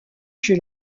chez